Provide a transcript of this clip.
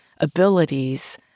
abilities